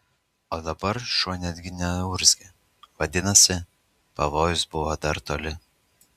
o dabar šuo netgi neurzgė vadinasi pavojus buvo dar toli